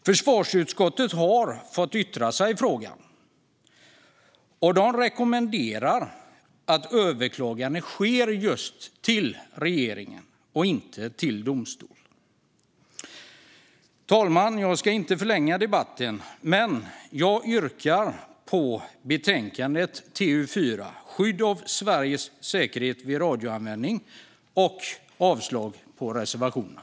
Försvarsutskottet har fått yttra sig i frågan och rekommenderar att överklagande sker just till regeringen och inte till domstol. Fru talman! Jag ska inte förlänga debatten, men jag yrkar bifall till förslaget i betänkande TU4 Skydd av Sveriges säkerhet vid radioanvändning och avslag på reservationerna.